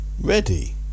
ready